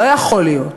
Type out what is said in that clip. לא יכול להיות.